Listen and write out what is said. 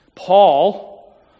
Paul